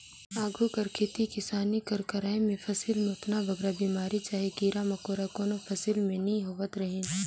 आघु कर खेती किसानी कर करई में फसिल में ओतना बगरा बेमारी चहे कीरा मकोरा कोनो फसिल में नी होवत रहिन